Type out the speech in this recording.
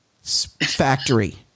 factory